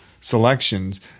selections